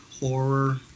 horror